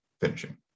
finishing